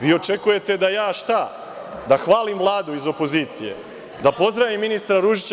Vi očekujete da ja hvalim Vladu iz opozicije, da pozdravim ministra Ružića?